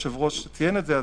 הבנייה.